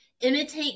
Imitate